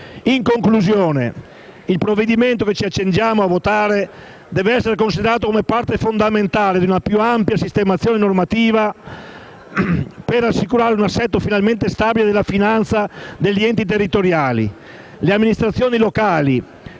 In conclusione, il provvedimento che ci accingiamo a votare deve essere considerato come parte fondamentale di una più ampia sistemazione normativa per assicurare un assetto finalmente stabile della finanza degli enti territoriali. Le amministrazioni locali,